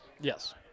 Yes